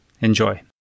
Enjoy